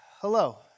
hello